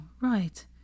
right